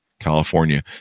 California